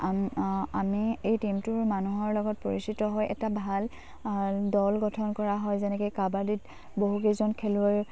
আমি এই টীমটোৰ মানুহৰ লগত পৰিচিত হৈ এটা ভাল দল গঠন কৰা হয় যেনেকৈ কাবাডীত বহুকেইজন খেলুৱৈৰ